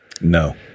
No